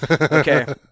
Okay